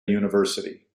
university